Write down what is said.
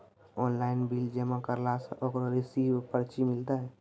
Online bill जमा करला से ओकरौ रिसीव पर्ची मिलतै?